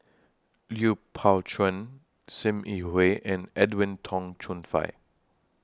Lui Pao Chuen SIM Yi Hui and Edwin Tong Chun Fai